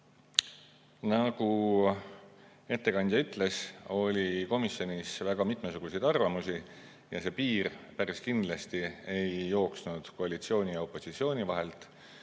Nagu ettekandja ütles, oli komisjonis väga mitmesuguseid arvamusi. See piir päris kindlasti ei jooksnud koalitsiooni ja opositsiooni vahelt.